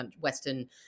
Western